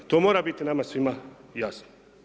To mora biti nama svima jasno.